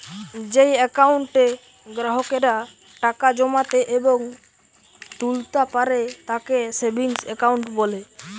যেই একাউন্টে গ্রাহকেরা টাকা জমাতে এবং তুলতা পারে তাকে সেভিংস একাউন্ট বলে